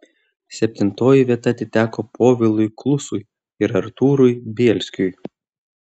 septintoji vieta atiteko povilui klusui ir artūrui bielskiui